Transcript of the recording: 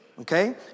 okay